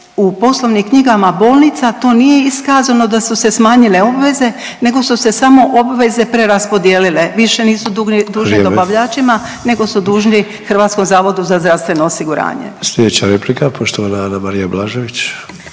u poslovnim knjigama bolnicama to nije iskazano da su se smanjile obveze nego su se samo obveze preraspodijelile, više nisu dužni dobavljačima … .../Upadica: Vrijeme./... … nego su dužni HZZO-u. **Sanader, Ante (HDZ)** Sljedeća replika, poštovana Anamarija Blažević.